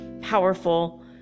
powerful